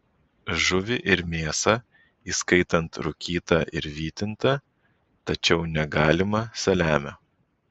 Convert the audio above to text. žuvį ir mėsą įskaitant rūkytą ir vytintą tačiau negalima saliamio